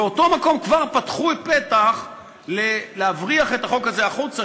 באותו מקום כבר פתחו פתח להבריח את החוק הזה החוצה,